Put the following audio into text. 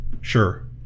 sure